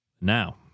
now